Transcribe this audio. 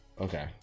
Okay